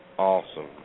Awesome